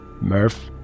Murph